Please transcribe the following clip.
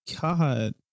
God